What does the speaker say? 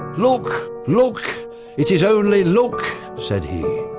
look, look it is only look said he.